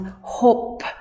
hope